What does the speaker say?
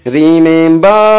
remember